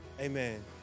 Amen